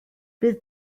bydd